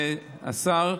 השר,